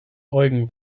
eugen